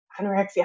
anorexia